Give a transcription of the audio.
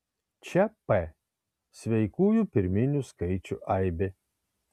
čia p sveikųjų pirminių skaičių aibė